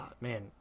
man